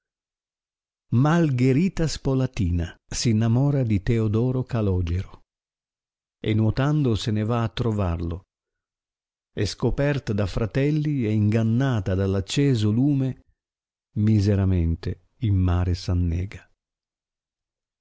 malgherita spolatina s innamora di teodoro calogero e nuotando se ne va a trovarlo e scoperta da fratelli e ingannata dall acceso lume miseramente in mare s annega